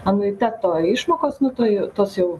anuiteto išmokos nu tai tos jau